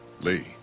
Lee